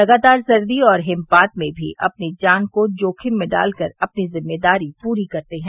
लगातार सर्दी और हिमपात में भी अपनी जान को जोखिम में डाल कर अपनी जिम्मेदारी पूरी करते हैं